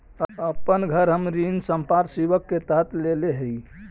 अपन घर हम ऋण संपार्श्विक के तरह देले ही